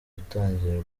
gutangira